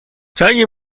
zeige